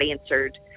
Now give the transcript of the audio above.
answered